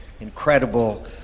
incredible